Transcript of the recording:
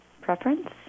preference